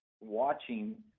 watching